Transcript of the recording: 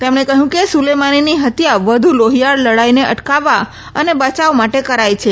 તેમણે કહયું કે સુલેમાનીની હત્યા વધુ લોફીયાળ લડાઇને અટકાવવા અને બયાવ માટે કરાઇ છે